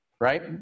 right